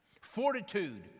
fortitude